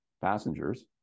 passengers